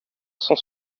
sans